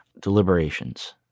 deliberations